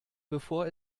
bevor